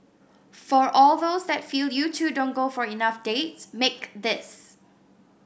for all those that feel you two don't go for enough dates make this